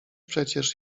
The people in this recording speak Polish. przecież